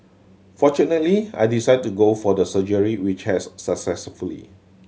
fortunately I decided to go for the surgery which has successfully